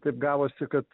taip gavosi kad